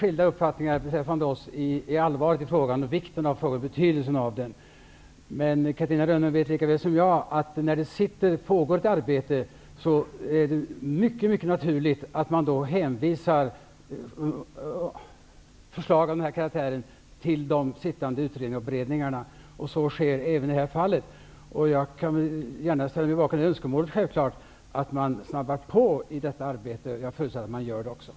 Herr talman! Vi har inte några skilda uppfattningar när det gäller allvaret och betydelsen av frågan. Men Catarina Rönnung vet lika väl som jag att det är mycket naturligt att man, när det pågår ett arbete, hänvisar förslag av denna karaktär till sittande utredningar och beredningar. Så sker även i detta fall. Jag kan gärna ställa mig bakom önskemålet att utredningen påskyndar detta arbete. Jag förutsätter också att den gör det.